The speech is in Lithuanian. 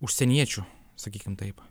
užsieniečių sakykim taip